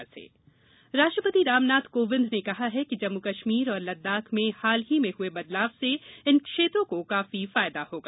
राष्ट्रपति संदेश राष्ट्रपति रामनाथ कोविंद ने कहा है कि जम्मू कश्मीर और लददाख में हाल ही में हुए बदलाव से इन क्षेत्रों को काफी फायदा होगा